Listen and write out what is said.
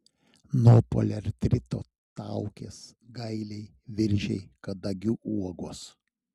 nuo poliartrito taukės gailiai viržiai kadagių uogos